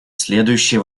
следующие